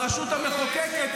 יש לי מישהו --- ברשות המחוקקת,